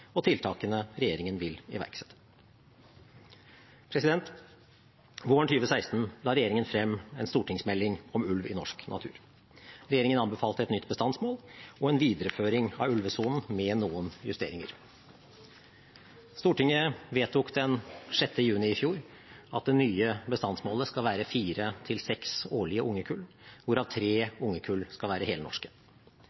og tiltakene regjeringen vil iverksette. Våren 2016 la regjeringen frem en stortingsmelding om ulv i norsk natur. Regjeringen anbefalte et nytt bestandsmål og en videreføring av ulvesonen, med noen justeringer. Stortinget vedtok den 6. juni i fjor at det nye bestandsmålet skal være fire–seks årlige ungekull, hvorav tre